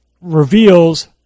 reveals